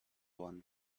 one